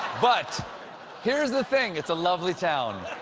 but here's the thing it's a lovely town.